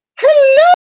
Hello